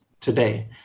today